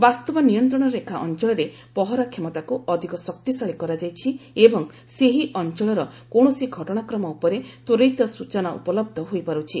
ବାସ୍ତବ ନିୟନ୍ତ୍ରଣରେଖା ଅଞ୍ଚଳରେ ପହରା କ୍ଷମତାକୁ ଅଧିକ ଶକ୍ତିଶାଳୀ କରାଯାଇଛି ଏବଂ ସେହି ଅଞ୍ଚଳର କୌଣସି ଘଟଣାକ୍ରମ ଉପରେ ତ୍ୱରିତ ସ୍ନଚନା ଉପଲବ୍ଧ ହୋଇପାର୍ଚ୍ଛି